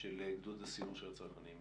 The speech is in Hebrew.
של גדוד הסיור של הצנחנים.